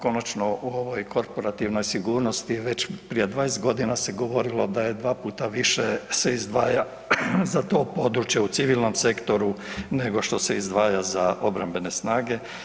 Konačno o ovoj korporativnoj sigurnosti već prije 20.g. se govorilo da je dva puta više se izdvaja za to područje u civilnom sektoru nego što se izdvaja za obrambene snage.